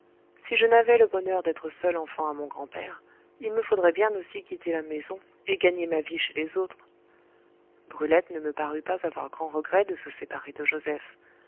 si je n'avais le bonheur d'être seule enfant à mon grand-père il me faudrait bien aussi quitter la maison et gagner ma vie chez les autres brulette ne me parut pas avoir grand regret de se séparer de joseph